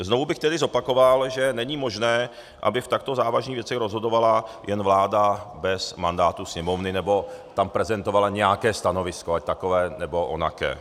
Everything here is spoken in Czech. Znovu bych tedy zopakoval, že není možné, aby v takto závažných věcech rozhodovala jen vláda bez mandátu Sněmovny nebo tam prezentovala nějaké stanovisko, ať takové, nebo onaké.